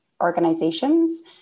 organizations